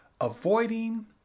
Avoiding